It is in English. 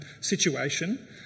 situation